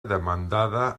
demandada